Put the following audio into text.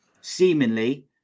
seemingly